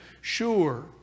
sure